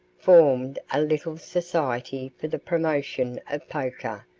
formed a little society for the promotion of poker,